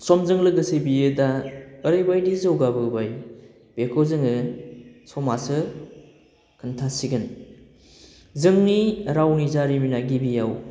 समजों लोगोसे बेयो दा ओरैबायदि जौगाबोबाय बेखौ जोङो समासो खोन्थासिगोन जोंनि रावनि जारिमिना गिबियाव